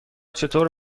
چطور